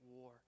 war